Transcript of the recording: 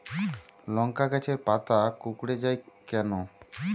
লংকা গাছের পাতা কুকড়ে যায় কেনো?